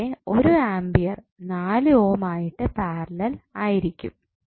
അവിടെ ഒരു ampere 4 ohm ആയിട്ട് പാരലൽ ആയിരിക്കും